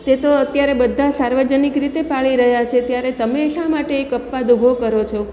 તે તો અત્યારે બધા સાર્વજનિક રીતે પાળી રયા છે ત્યારે તમે શા માટે એક અપવાદ ઊભો કરો છો